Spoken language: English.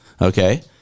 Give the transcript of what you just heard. okay